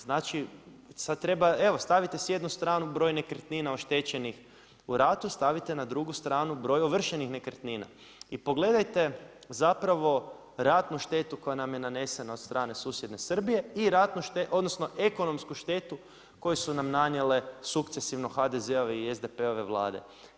Znači sad treba, evo stavite si jednu stranu broj nekretnina oštećenih u ratu, stavite na drugu stranu broj ovršenih nekretnina i pogledajte zapravo ratnu štetu koja nam je nanesena od strane susjedne Srbije i ratnu, odnosno ekonomsku štetu koju su nam nanijele sukcesivno HDZ-ove i SDP-ove Vlade.